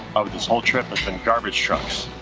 of this whole trip has been garbage trucks.